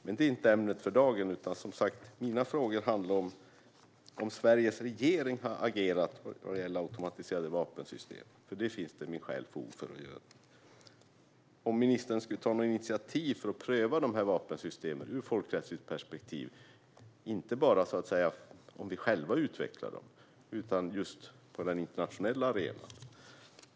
Det är dock inte ämnet för dagen, utan mina frågor handlar som sagt var om Sveriges regering har agerat vad gäller automatiserade vapensystem, för det finns det min själ fog för att göra. Skulle ministern kunna ta något initiativ för att pröva de här vapensystemen ur ett folkrättsligt perspektiv, inte bara så att säga om vi själva utvecklar dem utan just på den internationella arenan?